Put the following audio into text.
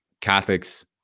Catholics